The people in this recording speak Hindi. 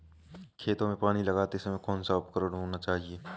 खेतों में पानी लगाते समय कौन सा उपकरण होना चाहिए?